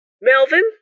Melvin